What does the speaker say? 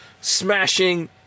smashing